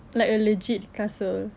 like a legit castle